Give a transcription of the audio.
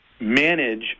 manage